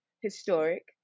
historic